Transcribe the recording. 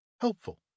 helpful